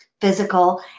physical